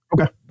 Okay